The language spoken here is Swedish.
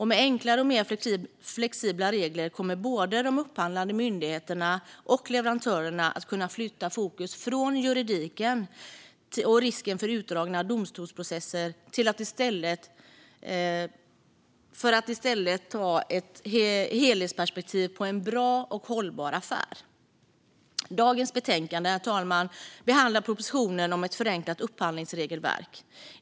Med enklare och mer flexibla regler kommer både de upphandlande myndigheterna och leverantörerna att kunna flytta fokus från juridiken och risken för utdragna domstolsprocesser till att i stället ta ett helhetsperspektiv på en bra och hållbar affär. Det betänkande som vi debatterar i dag behandlar propositionen om ett förenklat upphandlingsregelverk.